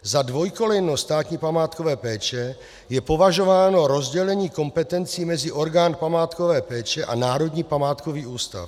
Za dvojkolejnost státní památkové péče je považováno rozdělení kompetencí mezi orgán památkové péče a Národní památkový ústav.